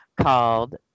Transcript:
called